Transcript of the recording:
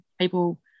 people